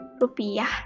rupiah